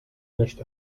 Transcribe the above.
nicht